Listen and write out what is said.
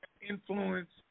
influence